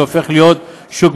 שהופך להיות מפוקח,